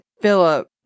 Philip